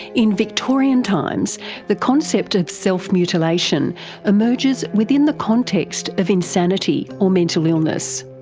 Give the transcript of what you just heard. in victorian times the concept of self-mutilation emerges within the context of insanity or mental illness.